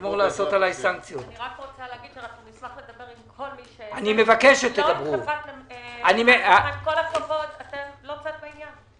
נשמח לדבר עם כל מי- -- אתם לא צד בעניין.